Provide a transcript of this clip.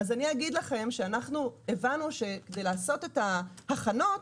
אגיד לכם שהבנו שכדי לעשות את ההכנות